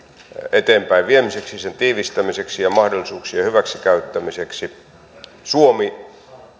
eteenpäinviemiseksi sen tiivistämiseksi ja mahdollisuuksien hyväksikäyttämiseksi suomi